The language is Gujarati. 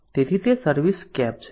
તેથી તે સર્વિસસ્કેપ છે